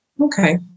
Okay